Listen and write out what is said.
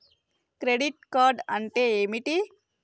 Credit card అంటే ఏమిటి?